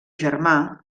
germà